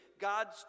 God's